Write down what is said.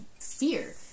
fear